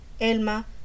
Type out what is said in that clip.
elma